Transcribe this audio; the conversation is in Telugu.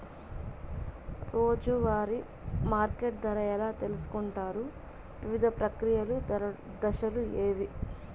రోజూ వారి మార్కెట్ ధర ఎలా తెలుసుకొంటారు వివిధ ప్రక్రియలు దశలు ఏవి?